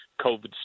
COVID